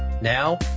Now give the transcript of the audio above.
Now